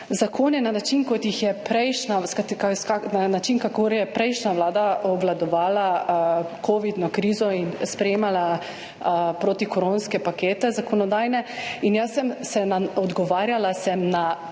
prejšnja, na način, kakor je prejšnja Vlada obvladovala covidno krizo in sprejemala protikoronske pakete zakonodajne, in jaz sem se nam, odgovarjala